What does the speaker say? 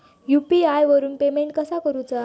UPI वरून payment कसा करूचा?